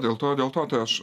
dėl to dėl to tai aš